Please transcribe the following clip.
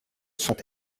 sont